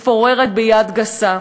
מפוררת ביד גסה.